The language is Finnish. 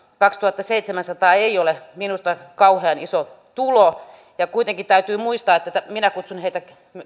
kaksituhattaseitsemänsataa ei ole minusta kauhean iso tulo ja kuitenkin täytyy muistaa että että he minä kutsun heitä